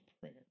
prayer